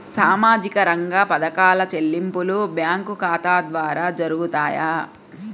సామాజిక రంగ పథకాల చెల్లింపులు బ్యాంకు ఖాతా ద్వార జరుగుతాయా?